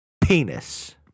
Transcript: Penis